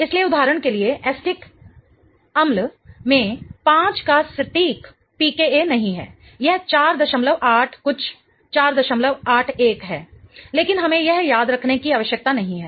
इसलिए उदाहरण के लिए एसिटिक अम्ल में 5 का सटीक pKa नहीं है यह 48 कुछ 481 है लेकिन हमें यह याद रखने की आवश्यकता नहीं है